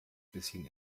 bisschen